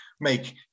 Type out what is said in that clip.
make